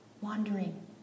wandering